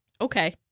okay